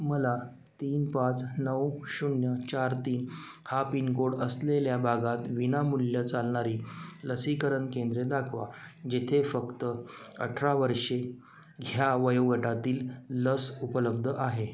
मला तीन पाच नऊ शून्य चार तीन हा पिनकोड असलेल्या भागात विनामूल्य चालणारी लसीकरण केंद्रे दाखवा जेथे फक्त अठरा वर्षे ह्या वयोगटातील लस उपलब्ध आहे